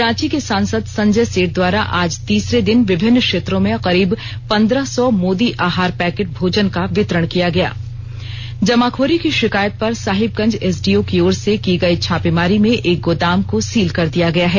रांची के सांसद संजय सेठ द्वारा आज तीसरे दिन विभिन्न क्षेत्रों में करीब पंद्रह सौ मोदी आहार पैकेट भोजन का वितरण किया गया जमाखोरी की षिकायत पर साहिबगंज एसडीओ की ओर से की की गई छापेमारी में एक गोदाम को सील कर दिया गया है